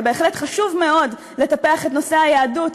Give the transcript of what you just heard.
ובהחלט חשוב מאוד לטפח את נושא היהדות,